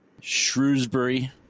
Shrewsbury